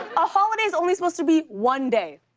a holiday is only supposed to be one day.